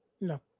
No